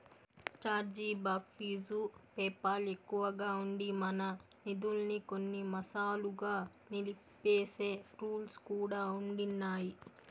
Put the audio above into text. charge back fee PayPal ఎక్కువగా ఉండి, మన నిదుల్మి కొన్ని మాసాలుగా నిలిపేసే రూల్స్ కూడా ఉండిన్నాయి